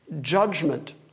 judgment